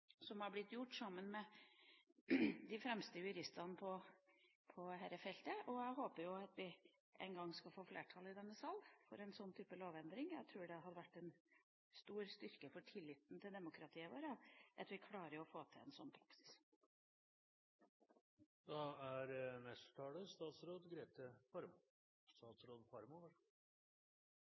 som har blitt gjort sammen med de fremste juristene på dette feltet, og jeg håper vi en gang skal få flertall i denne salen for en sånn type lovendring. Jeg tror det hadde vært en stor styrke for tilliten til demokratiet vårt at vi klarer å få til en sånn praksis.